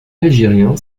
algérien